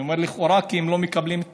אני אומר לכאורה כי הם לא מקבלים את